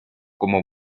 como